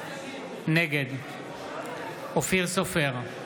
נגד אופיר סופר,